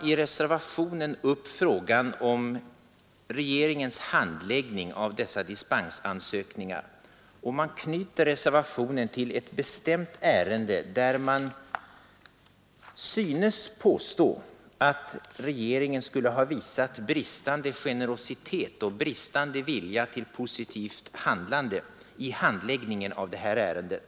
I reservationen tar man upp frågan om regeringens handläggning av dispensansökningar och man knyter reservationen till ett bestämt ärende. Man synes påstå att regeringen skulle ha visat bristande generositet och bristande vilja till positivt handlande i handläggningen av detta ärende.